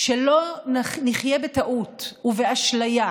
שלא נחיה בטעות ובאשליה